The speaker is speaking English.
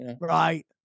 right